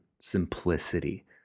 simplicity